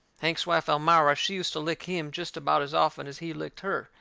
hank's wife, elmira she used to lick him jest about as often as he licked her,